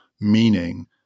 meaning